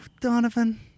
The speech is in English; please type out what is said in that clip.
Donovan